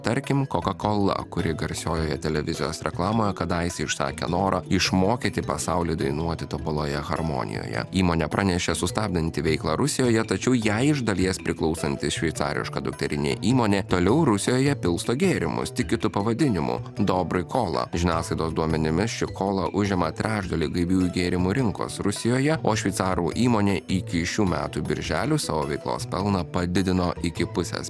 tarkim coca cola kuri garsiojoje televizijos reklamoje kadaise išsakė norą išmokyti pasaulį dainuoti tobuloje harmonijoje įmonė pranešė sustabdanti veiklą rusijoje tačiau jai iš dalies priklausanti šveicariška dukterinė įmonė toliau rusijoje pilsto gėrimus tik kitu pavadinimu dobry kola žiniasklaidos duomenimis ši kola užima trečdalį gaiviųjų gėrimų rinkos rusijoje o šveicarų įmonė iki šių metų birželio savo veiklos pelną padidino iki pusės